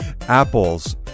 Apple's